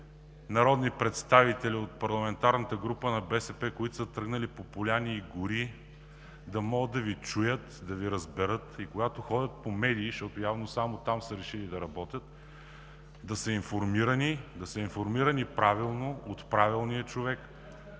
народни представители от парламентарната група на БСП, които са тръгнали по поляни и гори, да могат да Ви чуят, да Ви разберат и когато ходят по медии, защото явно само там са решили да работят, да са информирани правилно от правилния човек,